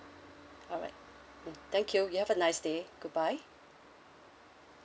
alright mm thank you you have a nice day goodbye